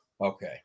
Okay